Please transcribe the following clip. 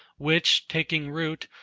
which taking root,